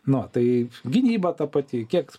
na tai gynyba ta pati kiek